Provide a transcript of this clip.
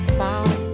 found